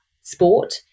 sport